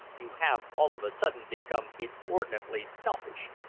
you have all of a sudden become inordinately selfish,